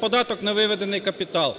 податок на виведений капітал,